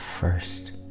first